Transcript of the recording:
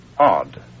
Odd